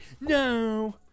no